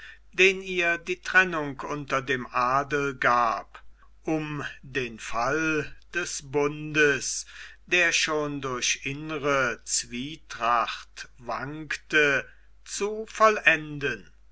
den ihr die trennung unter dem adel gab um den fall des bundes der schon durch innere zwietracht wankte zu vollenden